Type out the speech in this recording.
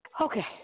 Okay